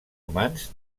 humans